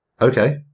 okay